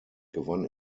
gewann